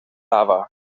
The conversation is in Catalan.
lava